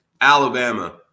Alabama